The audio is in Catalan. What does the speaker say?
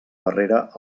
barrera